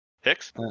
Hicks